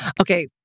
Okay